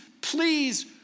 please